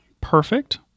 perfect